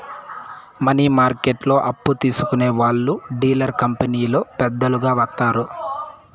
money మార్కెట్లో అప్పు తీసుకునే వాళ్లు డీలర్ కంపెనీలో పెద్దలు వత్తారు